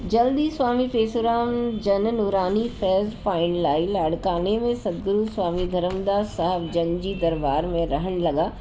जल्दी स्वामी पेसुराम जन नूरानी फेस पाइण लाइ लाड़काने में सद्गुरु स्वामी धरमदास सहाब जन जी दरबार में रहणु लॻा